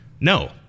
No